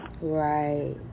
Right